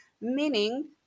meaning